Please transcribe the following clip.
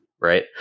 Right